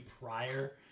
prior